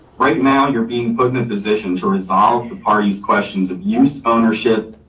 right now you're being put in a position to resolve the parties, questions of use ownership,